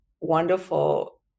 wonderful